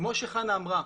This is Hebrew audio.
כמו שחנה אמרה,